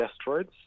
asteroids